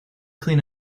clean